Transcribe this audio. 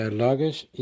luggage